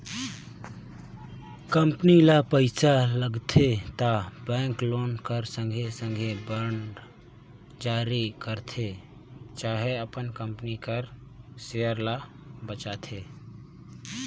company ल पइसा लागथे त बेंक लोन कर संघे संघे बांड जारी करथे चहे अपन कंपनी कर सेयर ल बेंचथे